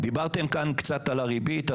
דיברתם כאן קצת על הריבית.